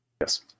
Yes